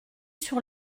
sur